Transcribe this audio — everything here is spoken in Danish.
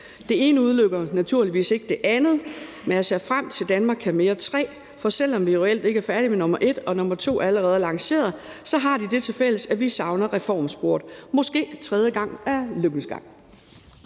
Det ene udelukker naturligvis ikke det andet, men jeg ser frem til Danmark kan mere III, for selv om vi jo reelt ikke er færdige med nr. I og nr. II, som allerede er lanceret, så har de det tilfælles, at vi savner reformsporet. Måske er tredje gang lykkens gang.